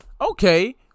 okay